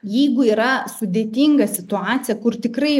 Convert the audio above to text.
jeigu yra sudėtinga situacija kur tikrai